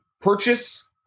purchase